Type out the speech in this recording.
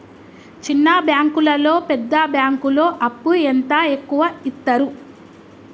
చిన్న బ్యాంకులలో పెద్ద బ్యాంకులో అప్పు ఎంత ఎక్కువ యిత్తరు?